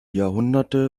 jahrhunderte